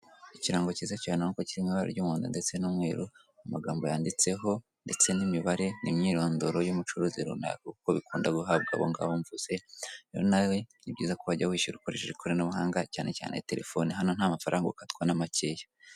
Ikirango kiza cyane ubona ko kiri mu ibara ry'umuhondo ndetse n'umweru amagambo yanditseho ndetse n'imibare n'imyirondoro y'umucuruzi runaka kuko bikunda guhabwa abongabo mvuze, rero nawe ni byiza ko wajya wishyura ukoresheje ikoranabuhanga cyane cyane terefone hano ntamafaranga ukatwa namakeya.